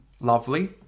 lovely